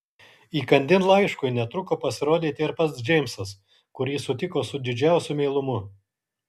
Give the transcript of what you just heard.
įkandin laiškui netruko pasirodyti ir pats džeimsas kurį sutiko su didžiausiu meilumu